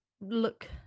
look